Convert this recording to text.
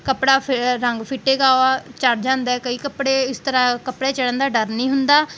ਕੱਪੜਾ ਫਿਰ ਰੰਗ ਫਿਟੇਗਾ ਵਾ ਚੜ੍ਹ ਜਾਂਦਾ ਕਈ ਕੱਪੜੇ ਇਸ ਤਰ੍ਹਾਂ ਕੱਪੜੇ ਚੜ੍ਹਨ ਦਾ ਡਰ ਨਹੀਂ ਹੁੰਦਾ